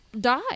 die